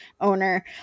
owner